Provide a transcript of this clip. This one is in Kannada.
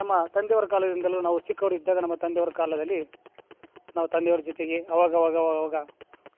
ನಮ್ಮ ತಂದೆಯವ್ರ ಕಾಲದಿಂದಲೂ ನಾವು ಚಿಕ್ಕವ್ರ ಇದ್ದಾಗ ನಮ್ಮ ತಂದೆಯವ್ರ ಕಾಲದಲ್ಲಿ ನಾವು ತಂದೆಯವ್ರ ಜೊತೆಗೆ ಅವಾಗ ಅವಾಗ ಅವಾಗ ಅವಾಗ